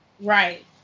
Right